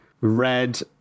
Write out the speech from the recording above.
red